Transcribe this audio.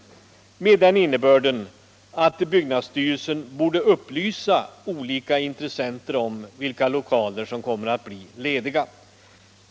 Yttrandet har den innebörden att byggnadsstyrelsen borde upplysa olika intressenter om vilka lokaler som kommer att bli lediga.